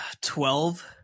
Twelve